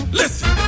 listen